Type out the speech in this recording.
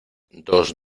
dos